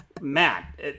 Matt